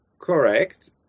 correct